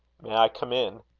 may i come in?